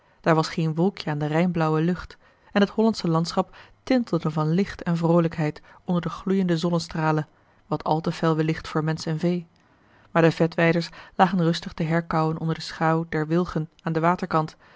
daar was geen wolkje aan de rein blauwe lucht en het hollandsche landschap tintelde van licht en vroolijkheid onder de gloeiende zonnestralen wat al te fel wellicht voor mensch en vee maar de vetweiders lagen rustig te herkauwen onder de schaûw der wilgen aan den waterkant